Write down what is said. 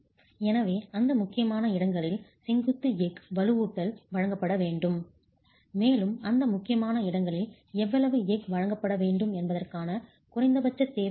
எனவே அந்த முக்கியமான இடங்களில் செங்குத்து எஃகு வலுவூட்டல் வழங்கப்பட வேண்டும் மேலும் அந்த முக்கியமான இடங்களில் எவ்வளவு எஃகு வழங்கப்பட வேண்டும் என்பதற்கான குறைந்தபட்சத் தேவை உள்ளது